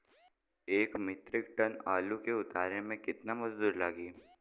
एक metric ton आलू के उतारे मे कितना मजदूर लागि?